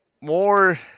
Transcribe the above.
more